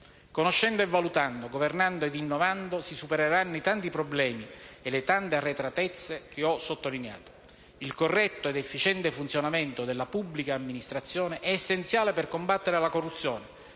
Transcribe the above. Conoscendo e valutando, governando ed innovando, si supereranno i tanti problemi e le tante arretratezze che ho sottolineato. Il corretto ed efficiente funzionamento della pubblica amministrazione è essenziale per combattere la corruzione,